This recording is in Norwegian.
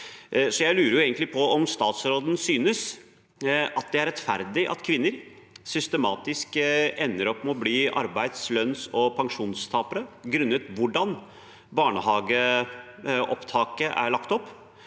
egentlig på om statsråden synes det er rettferdig at kvinner systematisk ender opp med å bli arbeids-, lønns- og pensjonstapere grunnet hvordan barnehageopptaket er lagt opp.